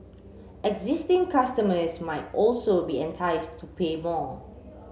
existing customers might also be enticed to pay more